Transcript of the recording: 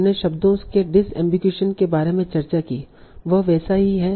हमने शब्दों के डिसअम्बिगुईशन के बारे में चर्चा की वह वैसा ही है